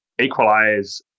equalize